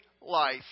life